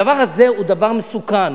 הדבר הזה הוא דבר מסוכן.